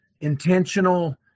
Intentional